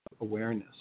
awareness